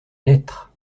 lettre